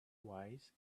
wise